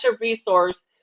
resource